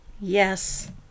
Yes